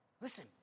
Listen